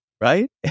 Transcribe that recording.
right